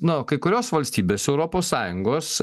nu kai kurios valstybės europos sąjungos